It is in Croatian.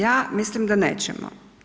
Ja mislim da nećemo.